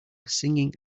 singing